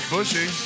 Bushy